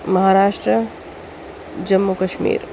Maharashtra Jammu Kashmir